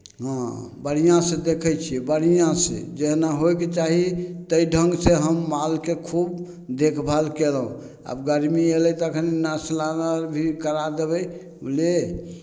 हँ बढ़िआँसे देखै छिए बढ़िआँसे जेहन होइके चाही ताहि ढङ्गसे हम मालके खूब देखभाल कएलहुँ आब गरमी अएलै तखन अस्नान आओर भी करा देबै बुझलिए